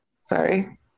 sorry